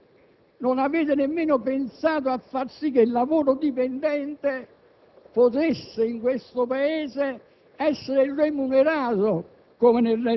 Non avete nemmeno pensato a sgravare fiscalmente il lavoro dipendente,